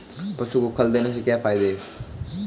पशु को खल देने से क्या फायदे हैं?